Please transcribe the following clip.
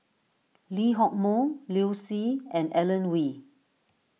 Lee Hock Moh Liu Si and Alan Oei